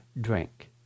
drink